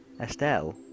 Estelle